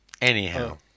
Anyhow